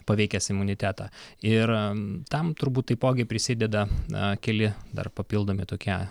paveikęs imunitetą ir tam turbūt taipogi prisideda na keli dar papildomi tokie